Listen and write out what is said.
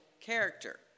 character